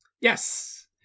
Yes